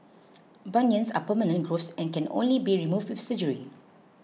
bunions are permanent growths and can only be removed with surgery